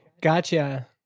Gotcha